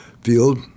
field